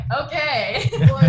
okay